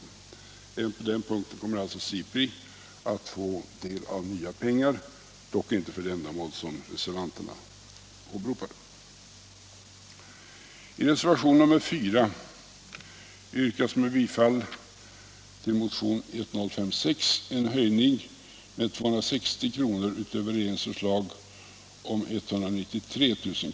Även på den punkten kommer alltså SIPRI att få del av nya pengar, dock inte för det ändamål som reservanterna åberopar.